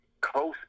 close